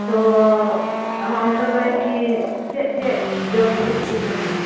ᱛᱚ ᱟᱢᱟᱜ ᱦᱳᱴᱮᱞ ᱨᱮᱠᱤ ᱪᱮᱫ ᱪᱮᱫ ᱡᱚᱢ ᱡᱤᱱᱤᱥ ᱠᱚ ᱧᱟᱢᱚᱜᱼᱟ